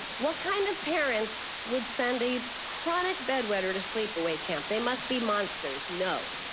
what kind of parents would send a chronic bed wetter to sleepaway camp? they must be monsters. no.